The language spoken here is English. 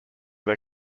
they